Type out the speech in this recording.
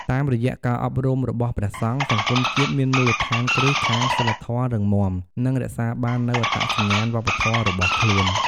តាមរយៈការអប់រំរបស់ព្រះសង្ឃ សង្គមជាតិមានមូលដ្ឋានគ្រឹះខាងសីលធម៌រឹងមាំ និងរក្សាបាននូវអត្តសញ្ញាណវប្បធម៌របស់ខ្លួន។